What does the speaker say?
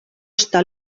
està